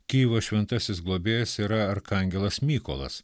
kyjivo šventasis globėjas yra arkangelas mykolas